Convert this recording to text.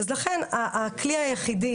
הכלי היחידי,